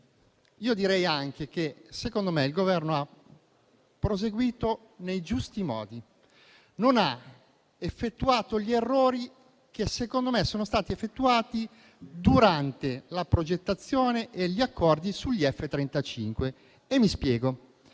direi che secondo me il Governo ha proseguito nei giusti modi; non ha effettuato gli errori che, secondo me, sono stati effettuati durante la progettazione e gli accordi sugli F-35. Mi spiego.